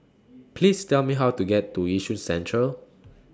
Please Tell Me How to get to Yishun Central